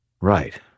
right